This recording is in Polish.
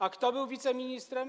A kto był wiceministrem?